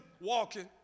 walking